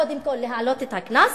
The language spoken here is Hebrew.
קודם כול להעלות את הקנס,